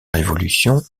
révolution